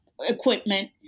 equipment